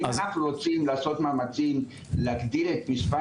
ואם אנחנו רוצים לעשות מאמצים להגדיל את מספר